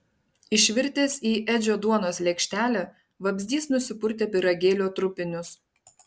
išvirtęs į edžio duonos lėkštelę vabzdys nusipurtė pyragėlio trupinius